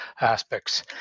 aspects